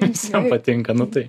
visiem patinka nu tai